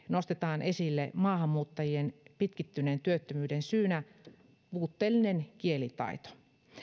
nostetaan esille maahanmuuttajien pitkittyneen työttömyyden syynä erityisesti puutteellinen kielitaito